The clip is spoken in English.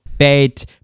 bed